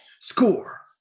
score